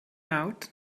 out